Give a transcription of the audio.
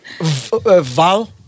Val